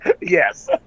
yes